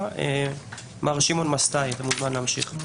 מר שמעון מסטאי, אתה מוזמן להמשיך.